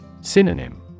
Synonym